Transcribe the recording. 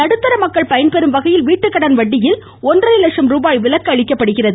நடுத்தர மக்கள் பயன்பெறும் வகையில் வீட்டுக்கடன் வட்டியில் ஒன்றரை லட்சம் ரூபாய் விலக்கு அளிக்கப்படுகிறது